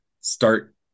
start